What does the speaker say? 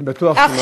בטוח שהיא מקשיבה.